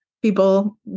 People